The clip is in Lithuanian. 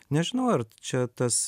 nežinau ar čia tas